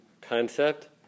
concept